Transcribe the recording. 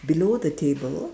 below the table